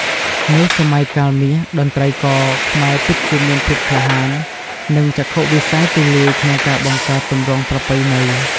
នៅ "សម័យកាលមាស" តន្ត្រីករខ្មែរពិតជាមានភាពក្លាហាន និងចក្ខុវិស័យទូលាយក្នុងការបង្កើតទម្រង់ប្រពៃណី។